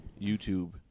YouTube